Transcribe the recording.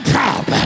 top